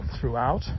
throughout